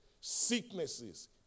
sicknesses